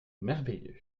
merveilleux